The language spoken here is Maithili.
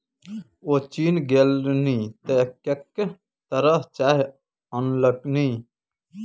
ओ चीन गेलनि तँ कैंक तरहक चाय अनलनि